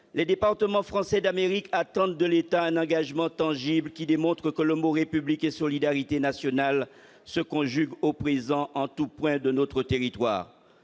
les départements français d'Amérique attendent de l'État un engagement tangible qui démontre que les mots « République » et « solidarité nationale » se conjuguent au présent en tout point de notre territoire.